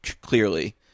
clearly